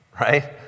Right